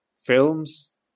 films